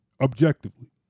objectively